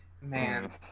man